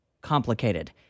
complicated